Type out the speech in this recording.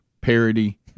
parody